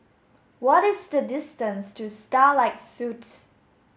what is the distance to Starlight Suites